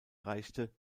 reichte